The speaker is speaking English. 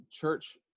church